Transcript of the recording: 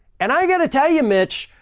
and i gotta tell you, mitch,